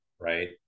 Right